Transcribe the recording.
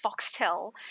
Foxtel